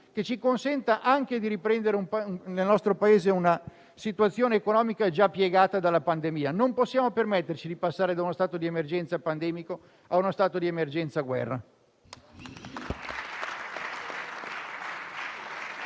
che ci consenta anche di riprendere nel nostro Paese una situazione economica già piegata dalla pandemia. Non possiamo permetterci di passare da uno stato di emergenza pandemico ad uno stato di emergenza dovuto